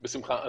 בשמחה.